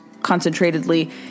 concentratedly